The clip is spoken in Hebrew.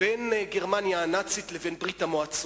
בין גרמניה הנאצית לבין ברית-המועצות,